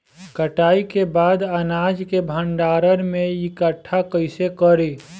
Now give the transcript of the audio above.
कटाई के बाद अनाज के भंडारण में इकठ्ठा कइसे करी?